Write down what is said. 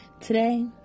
Today